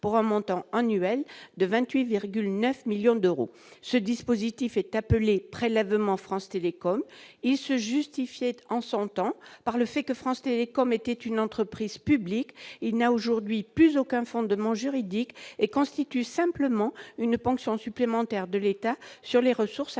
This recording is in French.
pour un montant annuel de 28,9 millions d'euros. Ce dispositif est appelé « prélèvement France Télécom ». Il se justifiait, en son temps, par le fait que France Télécom était une entreprise publique. Il n'a aujourd'hui plus aucun fondement juridique et constitue simplement une ponction supplémentaire de l'État sur les ressources affectées